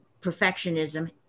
perfectionism